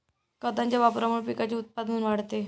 खतांच्या वापरामुळे पिकाचे उत्पादन वाढते